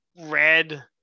red